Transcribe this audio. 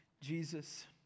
Jesus